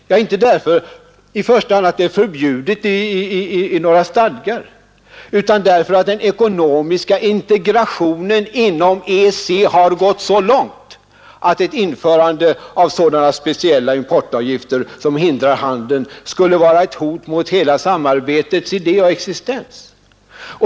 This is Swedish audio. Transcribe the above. Ja, inte i första hand därför att det är förbjudet i några stadgar utan därför att den ekonomiska integrationen inom EEC har gått så långt att 81 ett införande av sådana speciella importavgifter som hindrar handeln skulle vara ett hot mot hela samarbetets idé och existens.